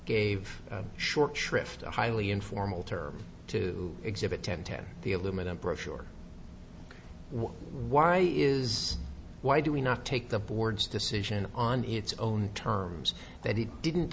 gave short shrift a highly informal term to exhibit ten ten the aluminum brochure why is why do we not take the board's decision on its own terms that it didn't